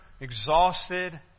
exhausted